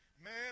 man